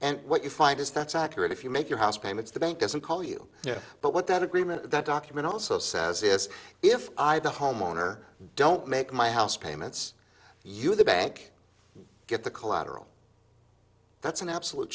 and what you find is that's accurate if you make your house payments the bank doesn't call you but what that agreement that document also says is if the homeowner don't make my house payments you the bank get the collateral that's an absolute